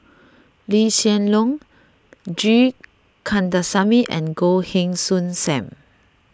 Lee Hsien Loong G Kandasamy and Goh Heng Soon Sam